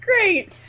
great